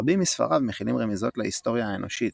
רבים מספריו מכילים רמיזות להיסטוריה האנושית,